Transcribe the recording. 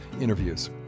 interviews